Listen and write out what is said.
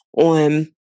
on